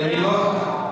אני לא צוחק.